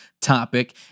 topic